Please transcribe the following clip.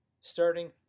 starting